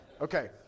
Okay